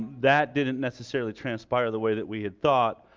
that didn't necessarily transpire the way that we had thought,